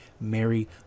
Mary